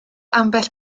ambell